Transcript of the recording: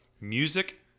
music